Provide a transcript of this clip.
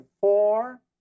four